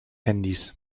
handys